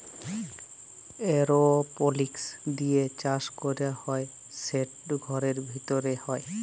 এরওপলিক্স দিঁয়ে চাষ ক্যরা হ্যয় সেট ঘরের ভিতরে হ্যয়